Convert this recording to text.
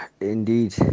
indeed